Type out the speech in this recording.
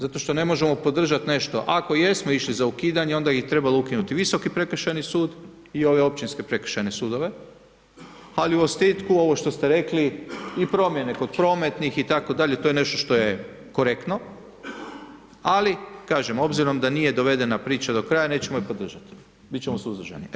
Zato što ne možemo podržati nešto, ako jesmo išli za ukidanje, onda je trebalo ukinuti Visoki prekršajni sud i ove općinske prekršajne sudove, ali u ostatku ovo što ste rekli, ovo što ste rekli i promijene kod prometnih itd., to je nešto što je korektno, ali kažem, obzirom da nije dovedena priča do kraja, nećemo je podržati, bit ćemo suzdržani.